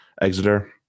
Exeter